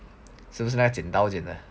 是不是那个剪刀剪的